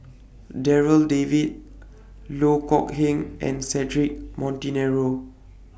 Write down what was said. Darryl David Loh Kok Heng and Cedric Monteiro